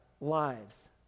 lives